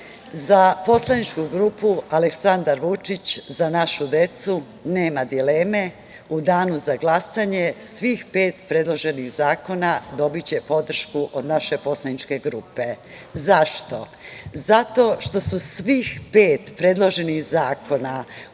za poslaničku grupu „Aleksandar Vučić – Za našu decu“, nema dileme u Danu za glasanje svih pet predloženih zakona dobiće podršku od naše poslaničke grupe.Zašto? Zato što su svih pet predloženih zakona